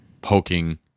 Poking